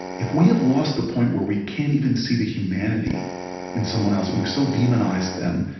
if we have lost the point, where we can't even see the humanity in someone else, we've so demonized them,